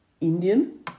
Indian